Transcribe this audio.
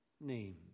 name